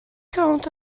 count